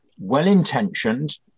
well-intentioned